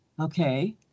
okay